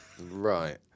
Right